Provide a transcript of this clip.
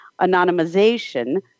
anonymization